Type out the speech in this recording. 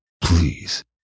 please